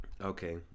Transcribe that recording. Okay